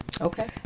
Okay